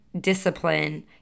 Discipline